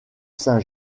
saint